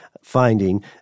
finding